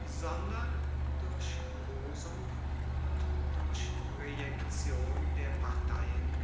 sondern durch losung und durch rejektion der parteien